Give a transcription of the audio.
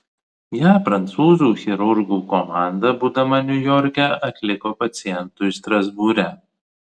ją prancūzų chirurgų komanda būdama niujorke atliko pacientui strasbūre